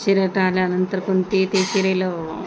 शिरंट आल्यानंतर कोणती ते शिरेलो